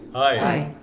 aye.